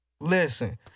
Listen